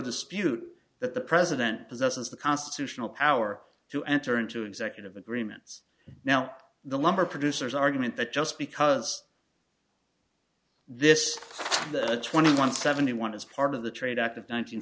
dispute that the president possesses the constitutional power to enter into executive agreements now the lumber producers argument that just because this thing the twenty one seventy one is part of the trade act